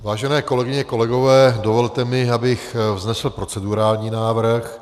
Vážené kolegyně, kolegové, dovolte mi, abych vznesl procedurální návrh.